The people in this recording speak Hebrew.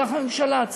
כך הממשלה,